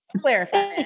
clarify